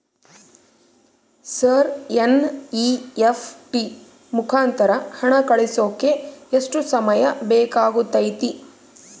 Sir NEFT ಮುಖಾಂತರ ಹಣ ಕಳಿಸೋಕೆ ಎಷ್ಟು ಸಮಯ ಬೇಕಾಗುತೈತಿ?